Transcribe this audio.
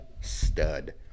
stud